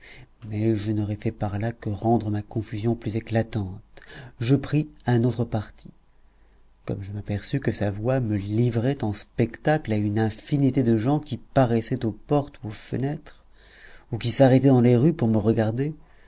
mais je n'aurais fait par là que rendre ma confusion plus éclatante je pris un autre parti comme je m'aperçus que sa voix me livrait en spectacle à une infinité de gens qui paraissaient aux portes ou aux fenêtres ou qui s'arrêtaient dans les rues pour me regarder